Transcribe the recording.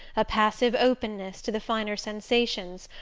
a passive openness to the finer sensations,